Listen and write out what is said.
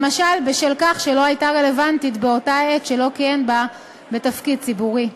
למשל בשל כך שלא הייתה רלוונטית באותה העת שלא כיהן בה בתפקיד ציבורי.